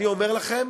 אני אומר לכם,